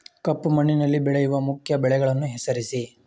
ಕಪ್ಪು ಮಣ್ಣಿನಲ್ಲಿ ಬೆಳೆಯುವ ಮುಖ್ಯ ಬೆಳೆಗಳನ್ನು ಹೆಸರಿಸಿ